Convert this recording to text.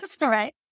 right